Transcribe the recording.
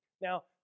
Now